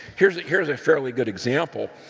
here is here is a fairly good example.